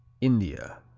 india